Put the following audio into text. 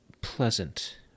pleasant